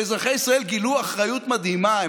ואזרחי ישראל גילו אחריות מדהימה,